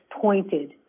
pointed